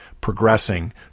progressing